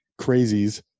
crazies